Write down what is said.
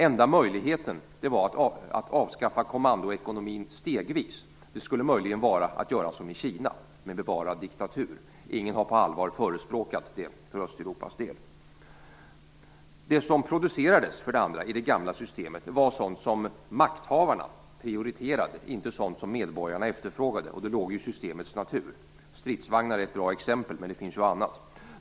Enda möjligheten att avskaffa kommandoekonomin stegvis skulle vara att göra som i Kina, med bevarad diktatur. Ingen har på allvar förespråkat det för Östeuropas del. För det andra: Det som producerades i det gamla systemet var sådant som makthavarna prioriterade, inte sådant som medborgarna efterfrågade. Det låg i systemets natur. Stridsvagnar är ett bra exempel, men det finns också annat.